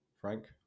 Frank